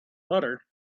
butter